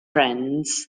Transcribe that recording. friends